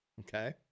Okay